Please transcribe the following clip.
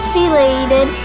related